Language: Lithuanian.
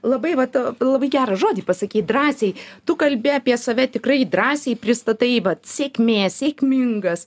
labai vat labai gerą žodį pasakei drąsiai tu kalbi apie save tikrai drąsiai pristatai vat sėkmė sėkmingas